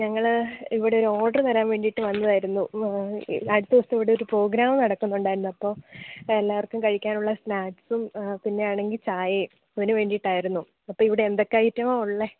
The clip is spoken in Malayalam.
ഞങ്ങൾ ഇവിടെ ഒരു ഓർഡർ തരാൻ വേണ്ടിയിട്ട് വന്നതായിരുന്നു അടുത്ത ദിവസം ഇവിടെ ഒരു പ്രോഗ്രാം നടക്കുന്നുണ്ടായിരുന്നു അപ്പോൾ എല്ലാർക്കും കഴിക്കാനുള്ള സ്നാക്സും പിന്നെയാണെങ്കിൽ ചായയും അതിന് വേണ്ടിയിട്ടായിരുന്നു അപ്പോൾ ഇവിടെ എന്തൊക്കെ ഐറ്റങ്ങളാണ് ഉള്ളത്